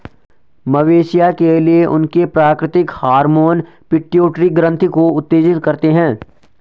मवेशियों के लिए, उनके प्राकृतिक हार्मोन पिट्यूटरी ग्रंथि को उत्तेजित करते हैं